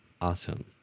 Awesome